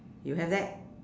you haven't